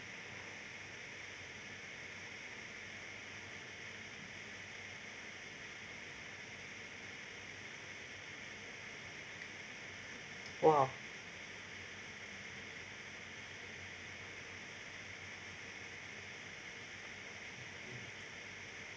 !wow!